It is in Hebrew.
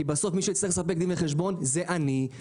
כי בסוף מי שיצטרך לספק דין וחשבון זה אני,